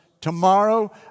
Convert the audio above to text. Tomorrow